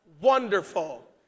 Wonderful